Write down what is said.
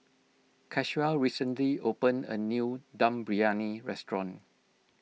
Caswell recently opened a new Dum Briyani restaurant